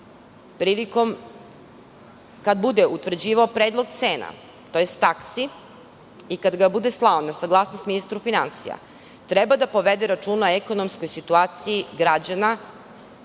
prilikom, kada bude utvrđivao predlog cena, odnosno taksi i kada ga bude slao na saglasnost ministru finansija, treba da povede računa o ekonomskoj situaciji građana